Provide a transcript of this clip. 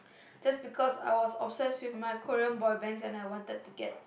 just because I was obsessed with my Korean Boybands and I wanted to get